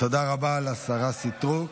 תודה רבה לשרה סטרוק.